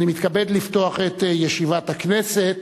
ואני מתכבד לפתוח את ישיבת הכנסת.